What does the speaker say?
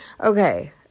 Okay